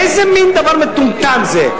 איזה מין דבר מטומטם זה?